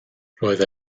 roedd